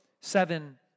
Seven